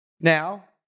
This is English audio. Now